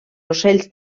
ocells